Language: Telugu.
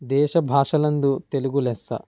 దేశ భాషలందు తెలుగు లెస్స